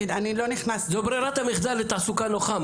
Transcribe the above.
זו ברירת המחדל לתעסוקה נוחה.